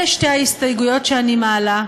אלה שתי ההסתייגויות שאני מעלה,